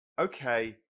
okay